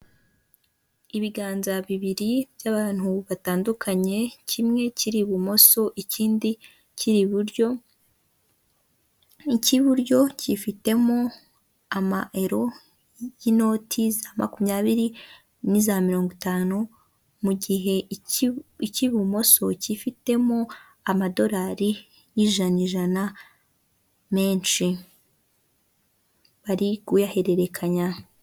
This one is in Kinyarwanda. Ni iduka rigurisha ibikoresho by'abadamu n'amasakoshi inkweto ndetse n'ibindi. Bikaba bigaragara ko bipanze ku buryo bigiye bikurikirana kandi busumbana.